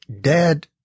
Dad